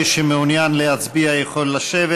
מי שמעוניין להצביע יכול לשבת.